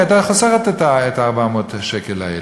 היא הייתה חוסכת את 400 השקל האלה.